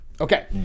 Okay